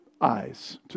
eyes